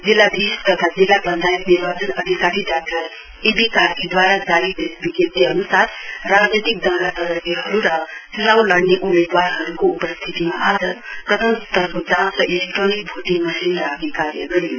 जिल्लाधीश तथा जिल्ला पञ्चायत निर्वाचन अधिकारी डाक्टर एबी कार्कीद्वारा जारी प्रेस विज्ञप्ति अनुसार राजनैतिक दलका सदस्यहरू र चुनाउ लड्ने उम्मेदवारहरूको उपस्थितिमा आज प्रथम स्तरको जाँच र इलेक्ट्रोनिक भोटिङ मशिन राख्ने कार्य गरियो